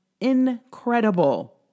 incredible